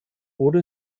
wurde